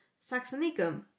Saxonicum